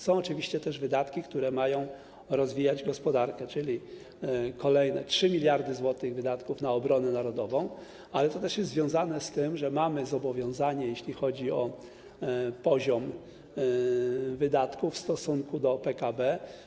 Są oczywiście też wydatki, które mają rozwijać gospodarkę, czyli kolejne 3 mld zł wydatków na obronę narodową, ale to jest związane z tym, że mamy zobowiązanie, jeśli chodzi o poziom wydatków w stosunku do PKB.